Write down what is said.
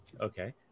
Okay